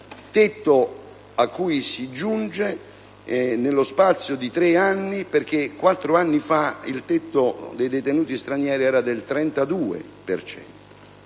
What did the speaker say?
tetto a cui si giunge nello spazio di tre anni (quattro anni fa il tetto dei detenuti stranieri era del 32